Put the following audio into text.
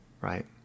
Right